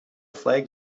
flag